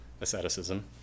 asceticism